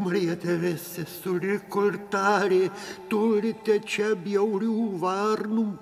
marija teresė suriko ir tarė turite čia bjaurių varnų